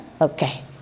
Okay